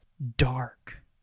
dark